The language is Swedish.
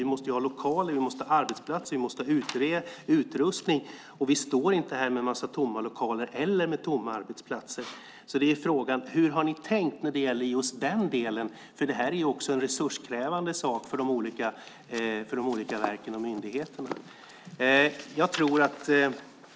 Vi måste ha lokaler, arbetsplatser och utrustning, och vi står inte med en massa tomma lokaler eller tomma arbetsplatser. Hur har ni tänkt när det gäller just den delen? Det här är en resurskrävande sak för de olika verken och myndigheterna.